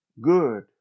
good